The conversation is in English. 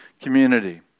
community